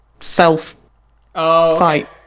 self-fight